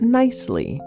nicely